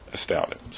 astounded